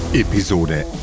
Episode